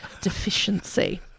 deficiency